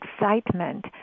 Excitement